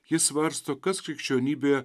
ji svarsto kas krikščionybėje